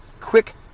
quick